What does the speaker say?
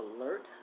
alert